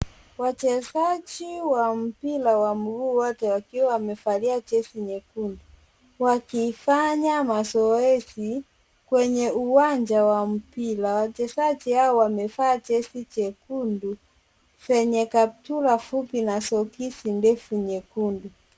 Wachezaji wa mpira wa mguu wote wakiwa wamevalia jezi nyekundu, wakifanya mazoezi kwenye uwanja wa mpira, wachezaji hawa wamevaa jezi jekundu zenye kaptura fupi na soksi ndefu nyekundu.